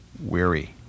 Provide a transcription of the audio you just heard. weary